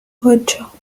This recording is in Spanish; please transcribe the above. ocho